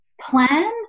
plan